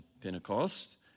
Pentecost